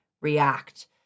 react